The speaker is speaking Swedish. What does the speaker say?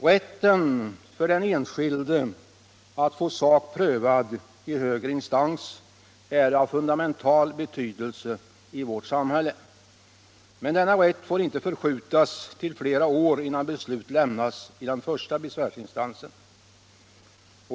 Rätten för den enskilde att få sak prövad i högre instans är av fundamental betydelse i vårt samhälle. Men denna rätt får inte förskjutas så att det går flera år innan beslut lämnas i den första besvärsinstansen.